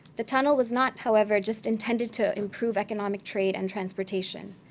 the tunnel was not, however, just intended to improve economic trade and transportation.